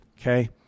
okay